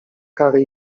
kary